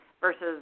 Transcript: versus